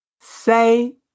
Say